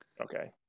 okay